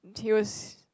he was